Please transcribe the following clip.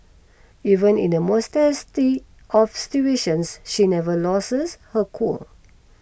even in the most testy of situations she never loses her cool